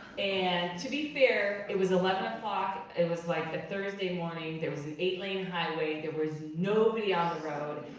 and to be fair, it was eleven o'clock, it was like a thursday morning, there was an eight-lane highway, there was nobody on the road.